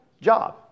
job